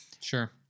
Sure